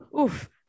oof